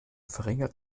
verringert